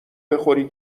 بخوری